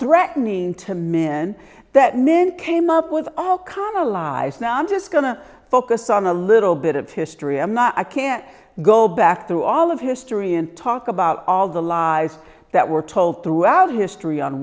threatening to men that men came up with i'll come alive now i'm just going to focus on a little bit of history i'm not i can't go back through all of history and talk about all the lies that we're told throughout history on